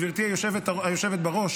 גברתי היושבת בראש,